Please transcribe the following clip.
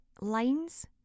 lines